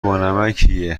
بانمکیه